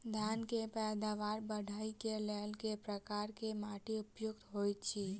धान केँ पैदावार बढ़बई केँ लेल केँ प्रकार केँ माटि उपयुक्त होइत अछि?